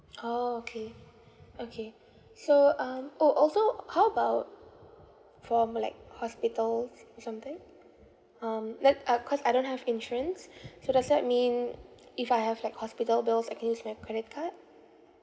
orh okay okay so um !ow! also how about for um like hospitals or something um let uh cause I don't have insurance so does that mean if I have like hospital bills I can use my credit card